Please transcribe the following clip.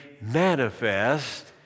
manifest